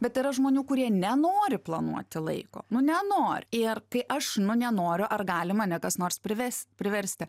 bet yra žmonių kurie nenori planuoti laiko nu nenori ir kai aš nenoriu ar gali mane kas nors prives priversti